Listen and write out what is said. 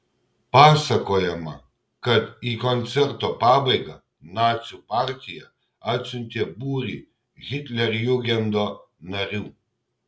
pasakojama kad į koncerto pabaigą nacių partija atsiuntė būrį hitlerjugendo narių